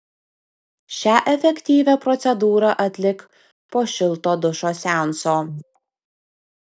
šią efektyvią procedūrą atlik po šilto dušo seanso